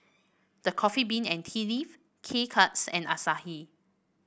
The Coffee Bean and Tea Leaf K Cuts and Asahi